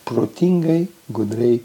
protingai gudriai